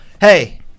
Hey